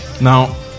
now